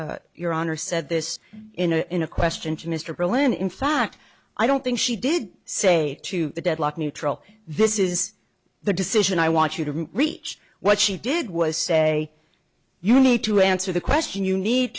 you your honor said this in a question to mr belin in fact i don't think she did say to the deadlock neutral this is the decision i want you to reach what she did was say you need to answer the question you need